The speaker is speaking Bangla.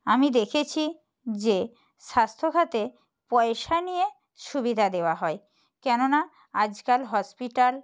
আমি দেখেছি যে স্বাস্থ্য খাতে পয়সা নিয়ে সুবিধা দেওয়া হয় কেননা আজকাল হসপিটাল